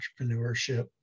entrepreneurship